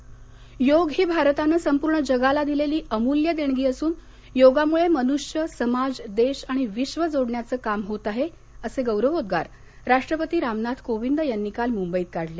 राष्टपती योग ही भारतानं संपूर्ण जगाला दिलेली अमूल्य देणगी असून योगामुळे मनुष्य समाज देश आणि विश्व जोडण्याचं काम होत आहे असे गौरवोद्वार राष्ट्रपती रामनाथ कोविंद यांनी काल मुंबईत काढले